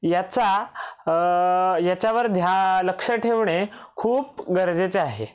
याचा याच्यावर ध्या लक्ष ठेवणे खूप गरजेचे आहे